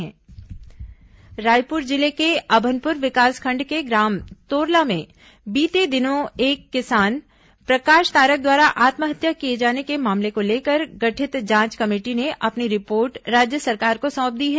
किसान आत्महत्या रिपोर्ट रायपुर जिले के अभनपुर विकासखंड के ग्राम तोरला में बीते दिनों एक किसान प्रकाश तारक द्वारा आत्महत्या किए जाने के मामर्ल को लेकर गठित जांच कमेटी ने अपनी रिपोर्ट राज्य सरकार को सौंप दी है